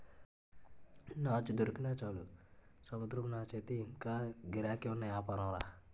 నాచు దొరికినా చాలు సముద్రం నాచయితే ఇంగా గిరాకీ ఉన్న యాపారంరా